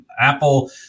Apple